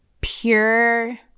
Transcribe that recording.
pure